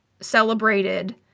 celebrated